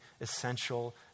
essential